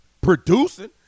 producing